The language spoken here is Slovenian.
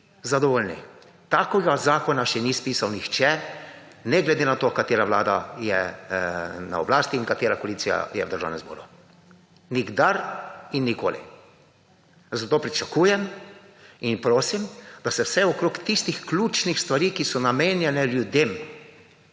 zadovoljni. Takega zakona še ni spisal nihče, ne glede na to katera vlada je na oblasti in katera koalicija je v Državnem zboru, nikdar in nikoli. Zato pričakujem in prosi, da se vsaj okrog tistih ključnih stvari, ki so namenjene ljudem,